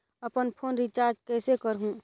अपन phone recharge कइसे करहु?